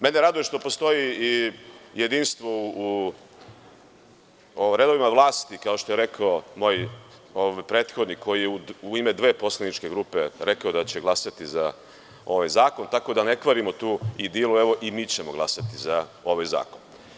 Mene raduje što postoji i jedinstvo u redovima vlasti, kao što je rekao moj prethodnik, koji je u ime dve poslaničke grupe rekao da će glasati za ovaj zakon, tako da ne kvarimo tu idilu, evo, i mi ćemo glasati za ovaj zakon.